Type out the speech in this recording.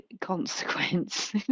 consequence